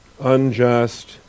unjust